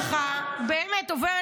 בשבילי לראות את המפלגה שלך באמת עוברת